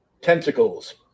tentacles